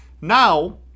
now